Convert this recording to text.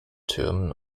türmen